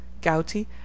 gouty